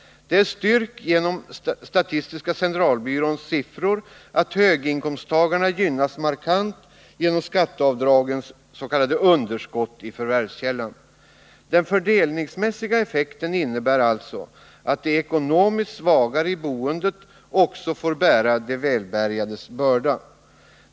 Det är styrkt genom statistiska centralbyråns siffror att höginkomsttagarna gynnas markant genom skatteavdragens s.k. underskott i förvärvskällan. Den fördelningsmässiga effekten innebär alltså att de ekonomiskt svagare i boendet också får bära de välbärgades börda.